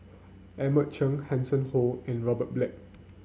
Edmund Cheng Hanson Ho and Robert Black